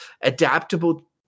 adaptable